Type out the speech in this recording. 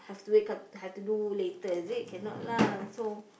have to wait up had to do later is it can not lah